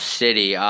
city